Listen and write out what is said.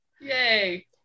yay